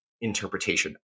interpretation